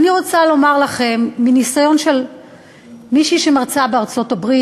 אני רוצה לומר לכם מניסיון של מישהי שמרצה בארצות-הברית,